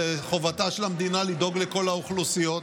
זאת חובתה של המדינה לדאוג לכל האוכלוסיות,